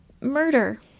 murder